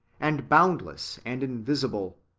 and boundless and invisible,